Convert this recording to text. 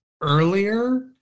earlier